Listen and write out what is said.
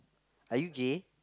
are you gay